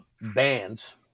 bands